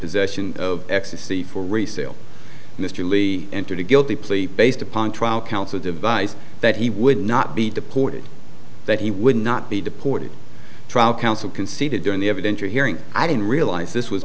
possession of ecstasy for resale mr lee entered a guilty plea based upon trial counsel devise that he would not be deported that he would not be deported trial counsel conceded during the evidence you're hearing i didn't realize this was